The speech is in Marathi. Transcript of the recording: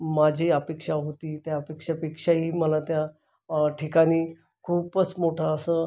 माझी अपेक्षा होती त्या अपेक्षापेक्षाही मला त्या ठिकाणी खूपच मोठं असं